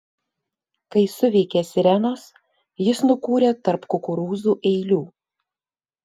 kai suveikė sirenos jis nukūrė tarp kukurūzų eilių